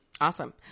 Awesome